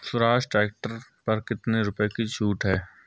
Swaraj tractor पर कितनी रुपये की छूट है?